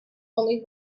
only